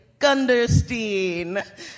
Gunderstein